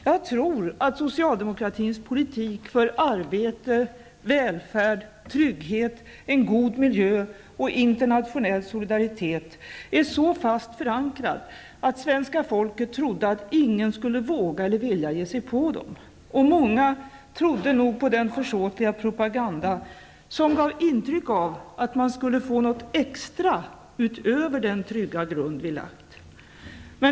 Jag tror att socialdemokratins politik för arbete, välfärd, trygghet, en god miljö och internationell solidaritet är så fast förankrad, att svenska folket trodde att ingen skulle våga eller vilja ge sig på detta. Många trodde nog på den försåtliga propaganda som gav intryck av att man skulle få något extra, utöver den trygga grund vi lagt.